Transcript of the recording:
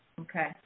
Okay